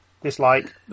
Dislike